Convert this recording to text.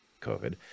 COVID